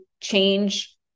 change